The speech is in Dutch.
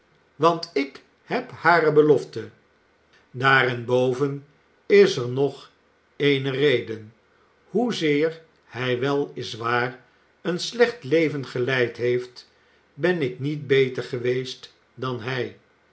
want ik heb hare belofte daarenboven is er nog eene reden hoezeer hij wel is waar een slecht leven geleid heeft ben ik niet beter geweest dan hij